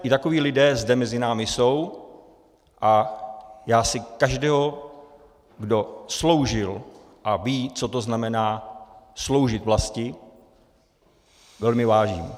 I takoví lidé zde mezi námi jsou a já si každého, kdo sloužil a ví, co to znamená sloužit vlasti, velmi vážím.